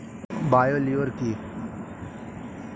Bio lure কি?